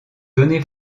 donner